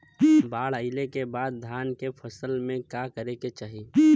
बाढ़ आइले के बाद धान के फसल में का करे के चाही?